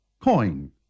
Coin